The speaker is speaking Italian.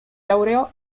laureò